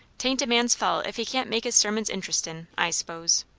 tain't a man's fault if he can't make his sermons interestin, i s'pose.